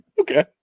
Okay